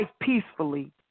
peacefully